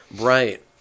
Right